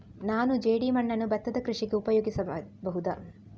ನಾನು ಜೇಡಿಮಣ್ಣನ್ನು ಭತ್ತದ ಕೃಷಿಗೆ ಉಪಯೋಗ ಮಾಡಬಹುದಾ?